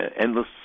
endless